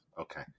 Okay